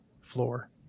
floor